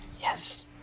Yes